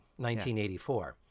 1984